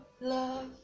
love